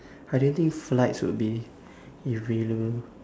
I don't think flights would be available